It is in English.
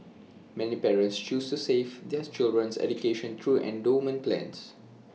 many parents choose to save their children's education through endowment plans